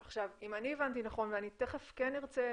עכשיו, אם אני הבנתי נכון ואני תכף כן ארצה